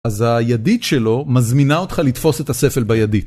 אז הידית שלו מזמינה אותך לתפוס את הספל בידית.